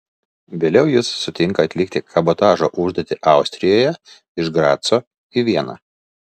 vėliau jis sutinka atlikti kabotažo užduotį austrijoje iš graco į vieną